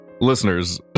Listeners